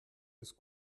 ist